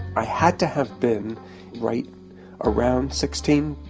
i had to have been right around sixteen.